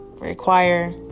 require